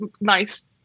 nice